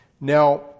Now